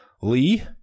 Lee